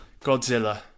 Godzilla